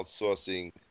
outsourcing